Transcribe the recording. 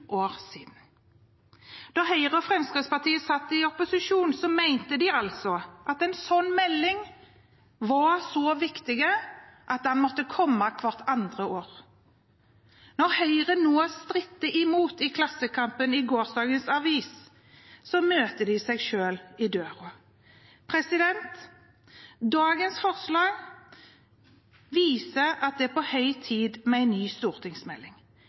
år siden. Da Høyre og Fremskrittspartiet satt i opposisjon, mente de altså at en sånn melding var så viktig at den måtte komme hvert andre år. Når Høyre nå stritter imot, ifølge Klassekampen i går, møter de seg selv i døra. Dagens forslag viser at det er på høy tid med en ny stortingsmelding.